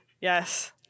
yes